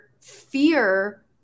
fear